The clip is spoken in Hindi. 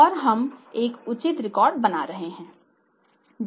और हम एक उचित रिकॉर्ड बना रहे हैं